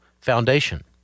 Foundation